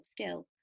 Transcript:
upskill